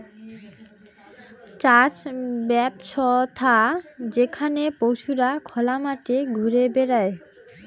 চাষ ব্যবছ্থা যেখানে পশুরা খোলা মাঠে ঘুরে বেড়ায়